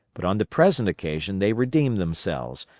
but on the present occasion they redeemed themselves,